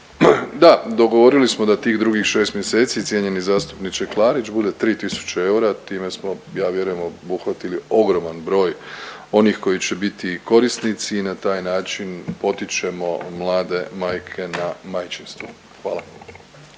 Da, dogovorili smo da tih drugih 6 mjeseci cijenjeni zastupniče Klarić bude 3 tisuće eura, time smo ja vjerujem obuhvatili ogroman broj onih koji će biti korisnici i na taj način potičemo mlade majke na majčinstvo, hvala.